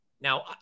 now